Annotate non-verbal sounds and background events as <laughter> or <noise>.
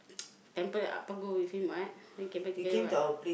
<noise> temple Appa go with him what then came back together what